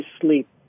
sleep